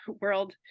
world